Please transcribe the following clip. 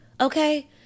Okay